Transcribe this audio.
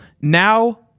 now